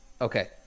Okay